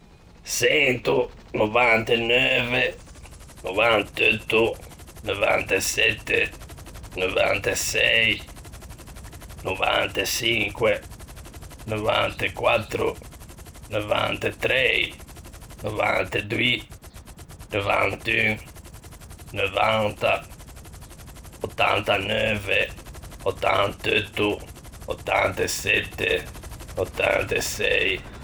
100,99,98,97,96,95,94,93,92,91,90,89,88,87,86.